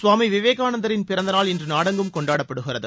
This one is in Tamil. சுவாமி விவேகானந்தரின் பிறந்த நாள் இன்று நாடெங்கும் கொண்டாடப்படுகிறது